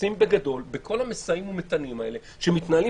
מפספסים בגדול בכל המשאים ומתנים האלה שמתנהלים